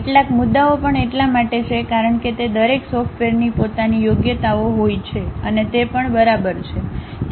કેટલાક મુદ્દાઓ પણ એટલા માટે છે કારણ કે દરેક સોફ્ટવેરની પોતાની યોગ્યતાઓ હોય છે અને તે પણ બરાબર છે